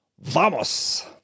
Vamos